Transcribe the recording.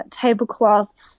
tablecloths